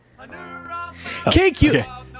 KQ